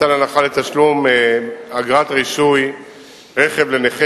הוא מתן הנחה בתשלום אגרת רישוי רכב לנכה